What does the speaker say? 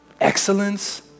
excellence